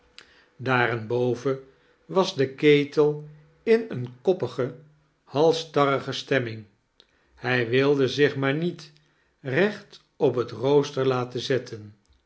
daarenboveii was de ketel in eene koppige halstarrige stemming hij wilde zich maar niet recht op het rooster laten zetten